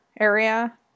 area